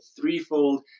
Threefold